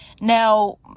Now